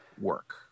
work